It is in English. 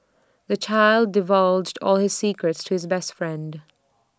the child divulged all his secrets to his best friend